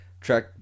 track